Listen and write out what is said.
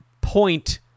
point